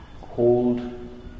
Hold